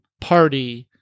party